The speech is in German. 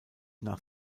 nach